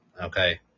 okay